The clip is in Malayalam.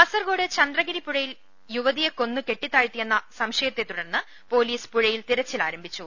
കാസർക്കോട് ചന്ദ്രഗിരി പുഴയിൽ യുവതിയെ കൊന്ന് കെട്ടി താഴ്ത്തിയെന്ന് സംശിയത്തെ തുടർന്ന് പൊലീസ് പുഴയിൽ തിരച്ചിൽ ആരംഭിച്ചു